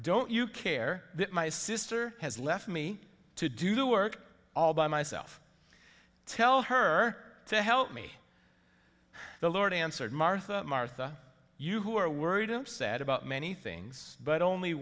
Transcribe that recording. don't you care that my sister has left me to do the work all by myself tell her to help me the lord answered martha martha you who are worried i'm sad about many things but only